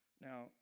Now